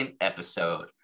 episode